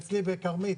ואצלי בכרמית,